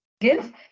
give